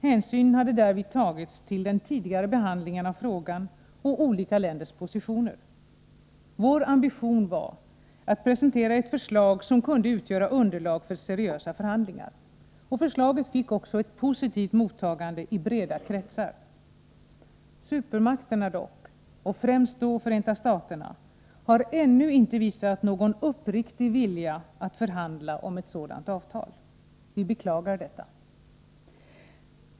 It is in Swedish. Hänsyn hade därvid tagits till den tidigare behandlingen av frågan och olika länders positioner. Vår ambition var att presentera ett förslag som kunde utgöra underlag för seriösa förhandlingar. Förslaget fick också ett positivt mottagande i breda kretsar. Supermakterna — främst Förenta staterna — har dock ännu inte visat någon uppriktig vilja att förhandla om ett sådant avtal. Vi beklagar detta.